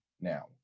now